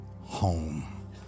home